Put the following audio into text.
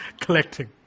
collecting